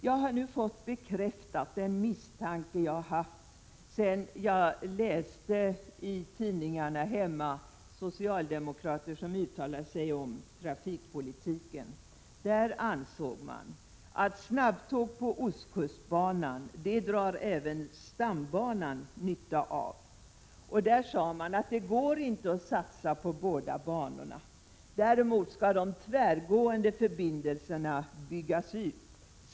Jag har nu fått bekräftat den misstanke jag haft sedan jag i tidningarna hemma läste uttalanden som socialdemokrater har gjort om trafikpolitiken. Man ansåg att snabbtåg på ostkustbanan även kan vara till nytta för stambanan. Man sade att det inte går att satsa på båda banorna. Däremot skall de tvärgående förbindelserna byggas ut.